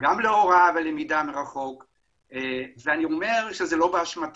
גם להוראה ולמידה מרחוק ולא באשמתם.